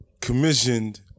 commissioned